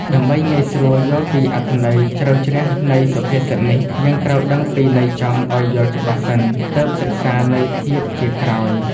ដើម្បីងាយស្រួលយល់ពីអត្ថន័យជ្រៅជ្រះនៃសុភាសិតនេះ យើងត្រូវដឹងពីន័យចំឱ្យយល់ច្បាស់សិន ទើបសិក្សាន័យធៀបជាក្រោយ។